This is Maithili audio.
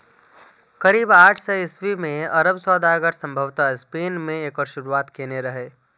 करीब आठ सय ईस्वी मे अरब सौदागर संभवतः स्पेन मे एकर शुरुआत केने रहै